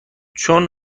چون